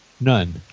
None